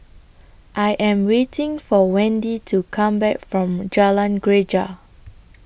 I Am waiting For Wendi to Come Back from Jalan Greja